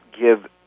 give